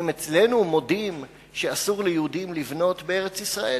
אם אצלנו מודים שאסור ליהודים לבנות בארץ-ישראל,